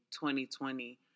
2020